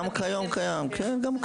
גם כיום קיים, כן.